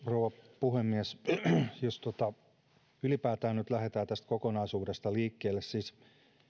rouva puhemies jos ylipäätään nyt lähdetään tästä kokonaisuudesta liikkeelle siis